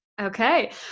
Okay